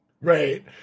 Right